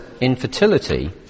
infertility